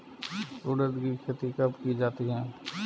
उड़द की खेती कब की जाती है?